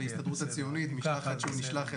בהסתדרות הציונית, במשלחת שהוא נשלח אליה.